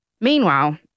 Meanwhile